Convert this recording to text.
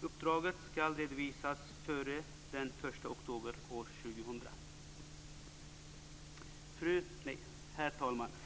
Uppdraget skall redovisas före den 1 oktober år 2000. Herr talman!